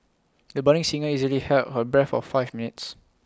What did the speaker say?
the budding singer easily held her breath for five minutes